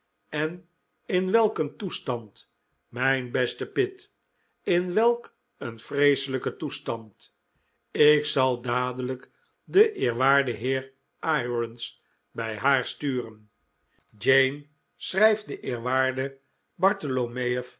en in welk een toestand mijn beste pitt in welk een vreeselijken toestand ik zal dadelijk den eerwaarden heer irons bij haar sturen jane schrijf den eerwaarden